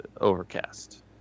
Overcast